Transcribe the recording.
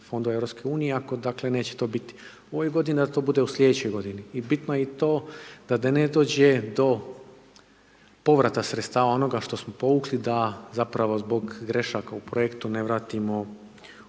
fondova EU, ako to neće biti ove g. da to bude u sljedećoj g. I bitno je i to da ne dođe do povrata sredstava, onoga što smo povukli, da zapravo zbog grešaka u projekta ne vratimo u